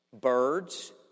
Birds